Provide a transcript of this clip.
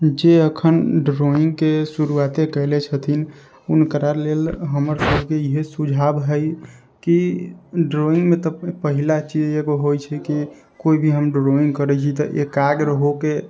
जे अखैन ड्रॉइंगके शुरुआते कयले छथिन हुनकरा लेल हमर सभके इएहे सुझाव हय कि ड्रॉइंगमे तऽ पहिला चीज एकगो होइ छै कि कोइ भी हम ड्रॉइंग करै छी तऽ एकाग्र होके